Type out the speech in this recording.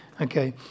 Okay